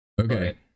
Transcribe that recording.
Okay